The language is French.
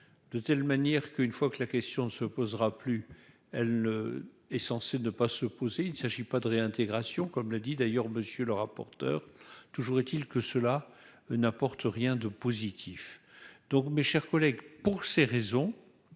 de telle manière qu'une fois que la question ne se posera plus, elle est censée ne pas se poser, il ne s'agit pas de réintégration, comme le dit d'ailleurs, monsieur le rapporteur, toujours est-il que cela n'apporte rien de positif donc, mes chers collègues, pour ces raisons,